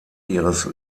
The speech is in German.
ihres